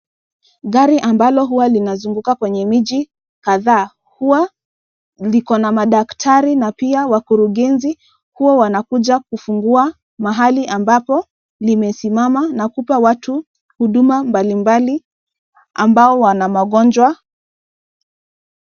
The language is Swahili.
Gari ambalo huwa linazunguka kwenye miji kadhaa, huwa, likona madaktari, na pia wakurugenzi, huwa wanakuja kufungua, mahali ambapo limesimama na kupa watu, huduma mbalimbali, ambao wana magonjwa.